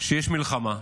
שיש מלחמה.